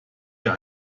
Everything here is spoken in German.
wir